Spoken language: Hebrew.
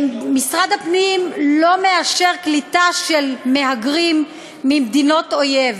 משרד הפנים לא מאשר קליטה של מהגרים ממדינות אויב.